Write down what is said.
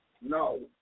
No